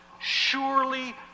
surely